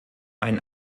ein